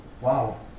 Wow